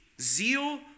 Zeal